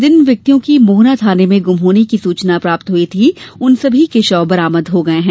जिन व्यक्तियों की मोहना थाने में गुम होने की सूचना प्राप्त हुई थी उन सभी के शव बरामद हो गये हैं